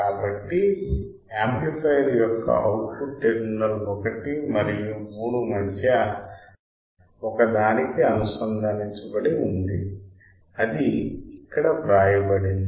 కాబట్టి యాంప్లిఫయర్ యొక్క output terminal 1 మరియు 3 మధ్య ఒక దానికి అనుసంధానించబడి ఉంది అది ఇక్కడ వ్రాయబడింది